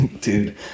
Dude